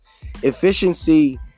Efficiency